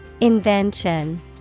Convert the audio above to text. Invention